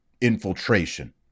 infiltration